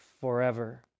forever